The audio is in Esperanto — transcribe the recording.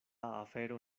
afero